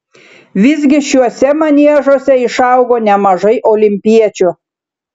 visgi šiuose maniežuose išaugo nemažai olimpiečių